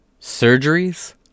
Surgeries